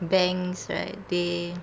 banks right they